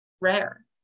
rare